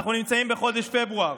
אנחנו נמצאים בחודש פברואר,